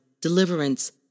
deliverance